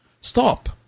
stop